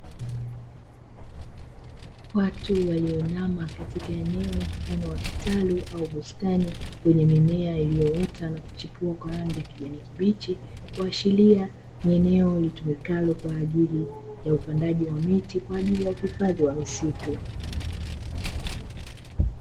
Watu walioinama katika eneo mfano wa kitalu au bustani, wenye mimea iliyoota na kuchipua kwa rangi ya kijani kibichi, kuashiria kuwa ni eneo litumikalo kwa ajili ya upandaji wa miti kwa ajili ya uhifadhi wa misitu.